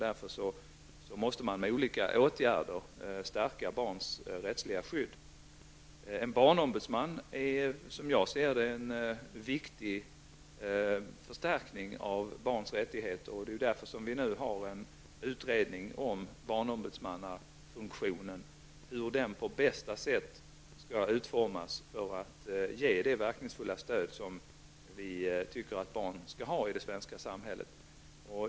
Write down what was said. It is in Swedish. Därför måste vi med olika åtgärder stärka barnens rättsliga skydd. En barnombudsman är, som jag ser det, en viktig förstärkning av barns rättigheter. Därför har vi nu en utredning om barnombudsmannafunktionen -- hur den på bästa sätt skall kunna utformas för att ge det verkningsfulla stöd som vi tycker att barn skall ha i det svenska samhället.